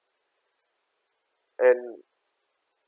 and